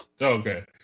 Okay